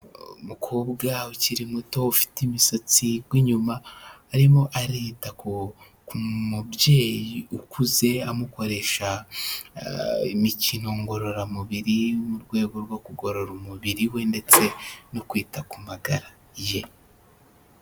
Umukobwa ukiri muto ufite imisatsi igwa inyuma, arimo arita ku mubyeyi ukuze, amukoresha imikino ngororamubiri mu rwego rwo kugorora umubiri we ndetse no kwita ku magara ye.